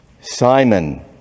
Simon